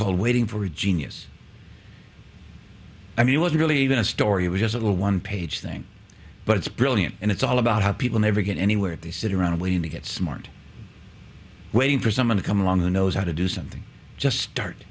called waiting for a genius i mean it was really even a story it was a one page thing but it's brilliant and it's all about how people never get anywhere they sit around waiting to get smart waiting for someone to come along who knows how to do something just start